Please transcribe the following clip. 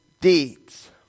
deeds